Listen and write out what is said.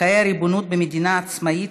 לחיי ריבונות במדינה עצמאית,